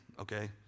okay